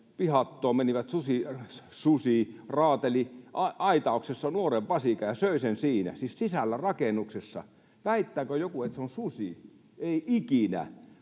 pihattoon meni ”susi” ja raateli aitauksessa nuoren vasikan ja söi sen siinä, siis sisällä rakennuksessa. Väittääkö joku, että se on susi? Ei ikinä.